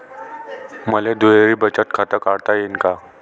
मले दुहेरी बचत खातं काढता येईन का?